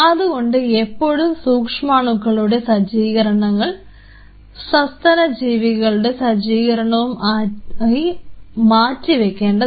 അതുകൊണ്ട് എപ്പോഴും സൂക്ഷ്മാണുക്കളുടെ സജ്ജീകരണങ്ങൾ സസ്തനജീവികളുടെ സജ്ജീകരണവും ആയി മാറ്റി വയ്ക്കേണ്ടതാണ്